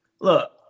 look